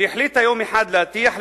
שהחליטה יום אחד להטיח,